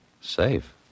Safe